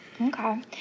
Okay